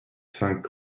cinq